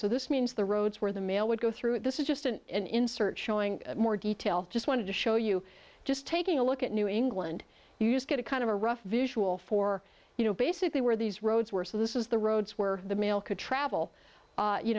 so this means the roads where the mail would go through this is just an insert showing more details just wanted to show you just taking a look at new england used get a kind of a rough visual for you know basically where these roads were so this is the roads where the mail could travel